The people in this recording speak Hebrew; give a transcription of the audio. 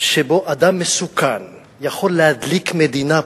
שבה אדם מסוכן יכול להדליק מדינה פה,